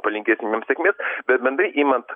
palinkėsim jam sėkmės bet bendrai imant